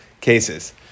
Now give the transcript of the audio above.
cases